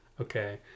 Okay